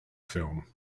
film